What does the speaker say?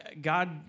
God